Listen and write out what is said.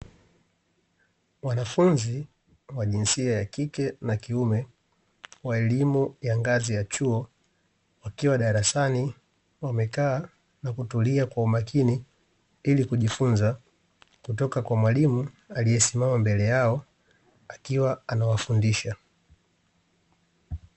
Wanafunzi wa jinsia ya kike na kiume wa elimu ya ngazi ya chuo wakiwa darasani wamekaa na kutulia kwa umakini ili kujifunza kutoka kwa mwalimu aliyesimama mbele yao akiwa anawafundisha.